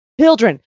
Children